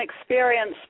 experience